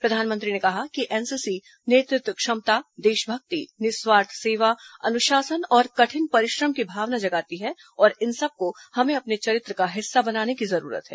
प्रधानमंत्री ने कहा कि एनसीसी नेतृत्व क्षमता देशभक्ति निःस्वार्थ सेवा अनुशासन और कठिन परिश्रम की भावना जगाती है और इन सबको हमें अपने चरित्र का हिस्सा बनाने की जरूरत है